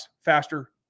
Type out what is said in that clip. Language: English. faster